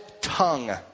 tongue